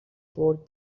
برد